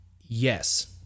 yes